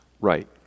right